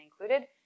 included